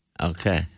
Okay